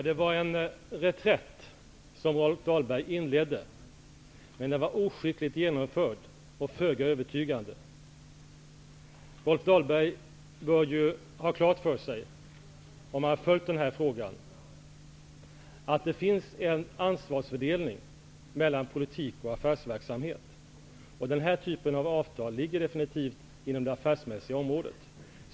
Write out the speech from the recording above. Herr talman! Rolf Dahlberg inledde en reträtt, men den var oskickligt genomförd och föga övertygande. Rolf Dahlberg bör ha klart för sig, om han följt denna fråga, att det finns en ansvarsfördelning mellan politik och affärsverksamhet. Den här typen av avtal ligger definitivt inom det affärsmässiga området.